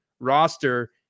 roster